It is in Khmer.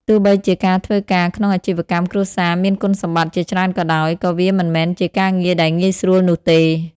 ទោះបីជាការធ្វើការក្នុងអាជីវកម្មគ្រួសារមានគុណសម្បត្តិជាច្រើនក៏ដោយ ក៏វាមិនមែនជាការងារដែលងាយស្រួលនោះទេ។